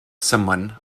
someone